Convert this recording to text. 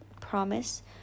promise